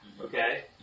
okay